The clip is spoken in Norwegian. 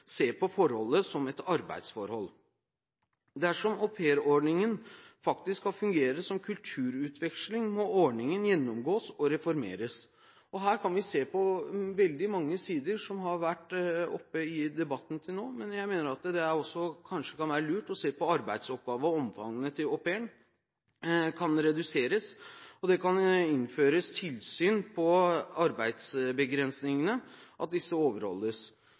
på forholdet som et arbeidsforhold. Dersom aupairordningen faktisk skal fungere som kulturutveksling, må ordningen gjennomgås og reformeres. Her kan vi se på veldig mange sider som har vært oppe i debatten til nå, men jeg mener at det også kanskje kan være lurt å se på om au pairens arbeidsoppgaver og omfanget av dem kan reduseres, og på om det kan innføres tilsyn med hvorvidt arbeidsbegrensningene